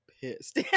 pissed